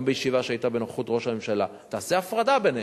גם בישיבה שהיתה בנוכחות ראש הממשלה: תעשה הפרדה ביניהם.